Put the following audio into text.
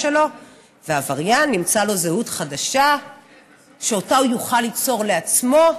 שלו ועבריין ימצא לו זהות חדשה שאותה הוא יוכל ליצור לעצמו.